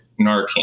Narcan